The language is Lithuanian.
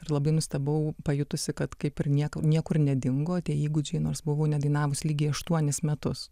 ir labai nustebau pajutusi kad kaip ir niekur niekur nedingo tie įgūdžiai nors buvau nedainavus lygiai aštuonis metus